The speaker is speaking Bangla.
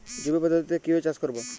জৈব পদ্ধতিতে কিভাবে চাষ করব?